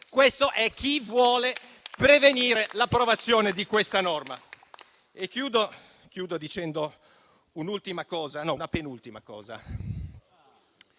madri, è chi vuole prevenire l'approvazione di questa norma.